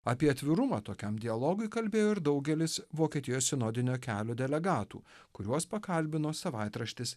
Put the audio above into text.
apie atvirumą tokiam dialogui kalbėjo ir daugelis vokietijos sinodinio kelio delegatų kuriuos pakalbino savaitraštis